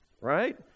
right